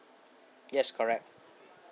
yes correct